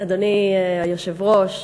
אדוני היושב-ראש,